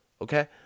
Okay